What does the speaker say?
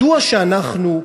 מדוע שאנחנו,